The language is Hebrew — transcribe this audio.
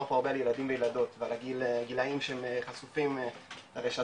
פה על ילדים וילדות ועל גילאים שהם חשופים לרשתות,